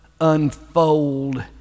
unfold